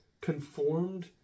conformed